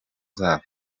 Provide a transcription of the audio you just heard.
zabo